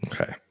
Okay